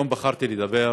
היום בחרתי לדבר